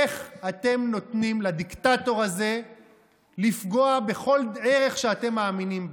איך אתם נותנים לדיקטטור הזה לפגוע בכל ערך שאתם מאמינים בו?